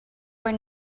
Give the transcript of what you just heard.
were